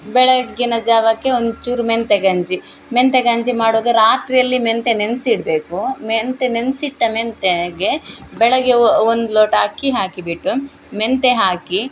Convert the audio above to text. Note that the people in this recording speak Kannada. ಬೆಳಗ್ಗಿನ ಜಾವಕ್ಕೆ ಒಂಚೂರು ಮೆಂತ್ಯೆ ಗಂಜಿ ಮೆಂತ್ಯೆ ಗಂಜಿ ಮಾಡುದು ರಾತ್ರಿಯಲ್ಲಿ ಮೆಂತ್ಯೆ ನೆನೆಸಿ ಇಡಬೇಕು ಮೆಂತ್ಯೆ ನೆನೆಸಿಟ್ಟ ಮೆಂತ್ಯೆಗೆ ಬೆಳಗ್ಗೆ ಒಂದು ಲೋಟ ಅಕ್ಕಿ ಹಾಕಿಬಿಟ್ಟು ಮೆಂತ್ಯೆ ಹಾಕಿ